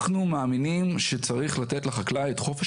אנחנו מאמינים שצריך לתת לחקלאי את חופש